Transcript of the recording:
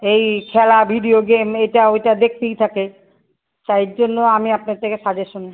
এই খেলা video game এটা ওইটা দেখতেই থাকে তাই জন্য আমি আপনার থেকে সাজেশন